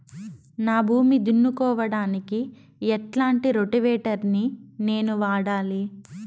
నా భూమి దున్నుకోవడానికి ఎట్లాంటి రోటివేటర్ ని నేను వాడాలి?